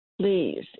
Please